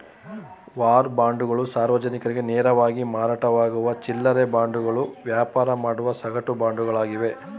war ಬಾಂಡ್ಗಳು ಸಾರ್ವಜನಿಕರಿಗೆ ನೇರವಾಗಿ ಮಾರಾಟವಾಗುವ ಚಿಲ್ಲ್ರೆ ಬಾಂಡ್ಗಳು ವ್ಯಾಪಾರ ಮಾಡುವ ಸಗಟು ಬಾಂಡ್ಗಳಾಗಿವೆ